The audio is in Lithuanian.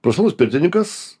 profesionalus pirtininkas